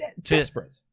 desperate